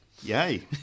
Yay